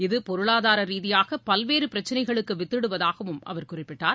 இது பொருளாதார ரீதியாக பல்வேறு பிரச்னைகளுக்கு வித்திடுவதாகவும் அவர் குறிப்பிட்டார்